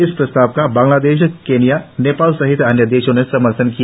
इस प्रस्ताव का बांग्लादेश कीनिया नेपाल सहित अन्य देशों ने समर्थन किया